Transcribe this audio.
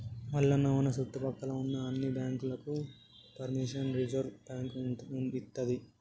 మల్లన్న మన సుట్టుపక్కల ఉన్న అన్ని బాంకులకు పెర్మిషన్ రిజర్వ్ బాంకు ఇత్తది